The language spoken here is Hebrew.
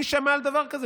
מי שמע על דבר כזה?